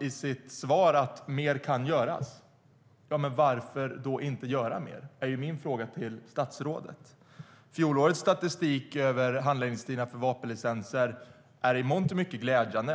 i sitt svar att mer kan göras. Ja, men varför då inte göra mer? Det är min fråga till statsrådet. Fjolårets statistik över handläggningstider för vapenlicenser är i mångt och mycket glädjande.